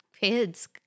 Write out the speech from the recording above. kids